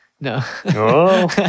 No